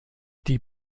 die